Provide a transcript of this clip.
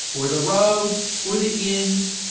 or the road, or the inns,